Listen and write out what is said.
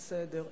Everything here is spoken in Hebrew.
בסדר.